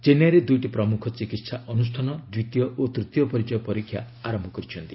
ଚେନ୍ନାଇରେ ଦୁଇଟି ପ୍ରମୁଖ ଚିକିହା ଅନୁଷ୍ଠାନ ଦ୍ୱିତୀୟ ଓ ତୃତୀୟ ପର୍ଯ୍ୟାୟ ପରୀକ୍ଷା ଆରମ୍ଭ କରିଛନ୍ତି